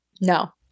no